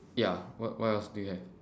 ya what what else do you have